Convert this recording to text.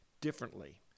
differently